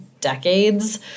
decades